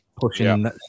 pushing